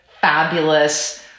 fabulous